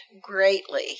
greatly